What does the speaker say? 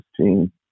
team